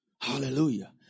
Hallelujah